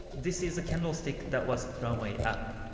this is the candle stick that was runway up.